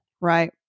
Right